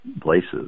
places